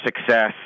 success